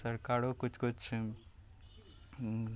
सरकारो किछु किछु